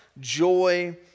Joy